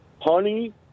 honey